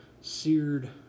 seared